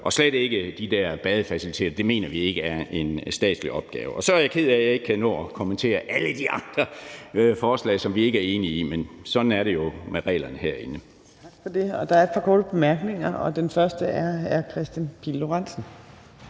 ja til det med badefaciliteterne; det mener vi ikke er en statslig opgave. Så er jeg ked af, at jeg ikke kan nå at kommentere alle de andre forslag, som vi ikke er enige i, men sådan er det jo med reglerne herinde.